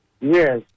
Yes